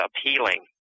appealing